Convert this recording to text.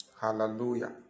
Hallelujah